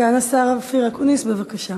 סגן השר אופיר אקוניס, בבקשה.